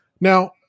Now